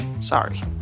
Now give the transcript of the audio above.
Sorry